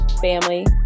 family